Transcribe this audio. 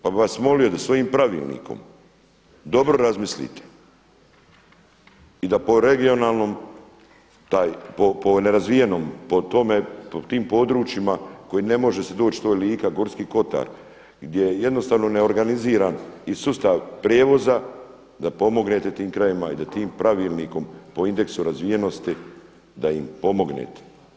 Pa bih vas molio da svojim pravilnikom dobro razmislite i da po regionalnom, po nerazvijenom po tome po tim područjima koji ne može se doći to je Lika, Gorski Kotar gdje je jednostavno neorganiziran i sustav prijevoza da pomognete tim krajevima i da tim pravilnikom po indeksu razvijenosti da im pomognete.